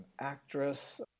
actress